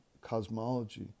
cosmology